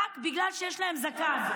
רק בגלל שיש להם זקן.